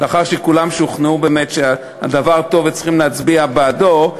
לאחר שכולם שוכנעו באמת שהדבר טוב וצריך להצביע בעדו,